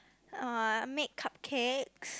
or I make cupcakes